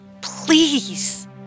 Please